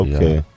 Okay